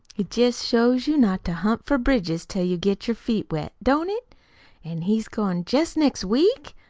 it jest shows you not to hunt for bridges till you get your feet wet, don't it? an' he's goin' jest next week?